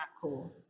cool